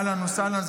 אהלן וסהלן.